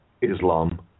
Islam